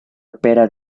opera